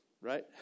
right